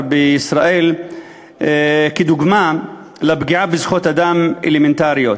בישראל כדוגמה לפגיעה בזכויות אדם אלמנטריות.